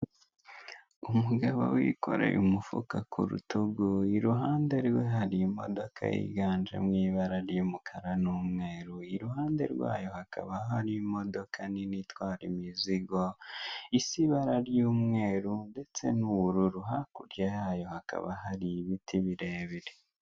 Umugabo wikoreye umufuka kurutugu, iruhande rwe hari imodoka yiganjemo ibara ry'umukara n'umweru, iruhande rwayo hakaba hari imodoka nini itwara imizigo, isa ibara ry'umweru ndetse n'ubururu hakurya yayo hakaba hari ibiti birebire.